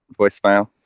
voicemail